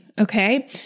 Okay